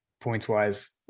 points-wise